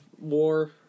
war